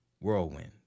whirlwind